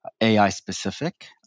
AI-specific